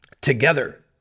together